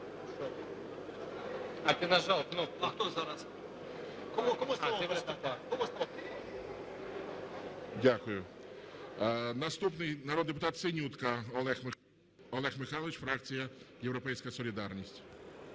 Дякую. Наступний народний депутат Синютка Олег Михайлович, фракція "Європейська солідарність".